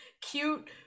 cute